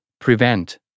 prevent